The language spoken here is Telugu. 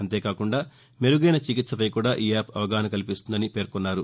అంతేకాకుండా మెరుగైన చికిత్సపై కూడా ఈ యాప్ అవగాహన కల్పిస్తుందని ఆయన పేర్కొన్నారు